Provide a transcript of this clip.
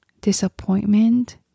disappointment